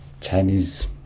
Chinese